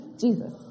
Jesus